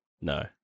No